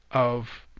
of